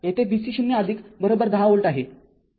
येथे vc0 १० volt आहे